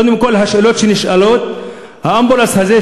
קודם כול השאלות שנשאלות: האמבולנס הזה,